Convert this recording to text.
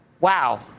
Wow